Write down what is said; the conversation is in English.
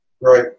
Right